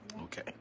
Okay